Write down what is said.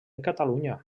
catalunya